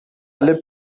alle